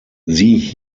sieh